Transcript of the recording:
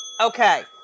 Okay